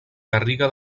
garriga